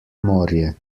morje